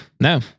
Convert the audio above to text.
No